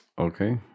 Okay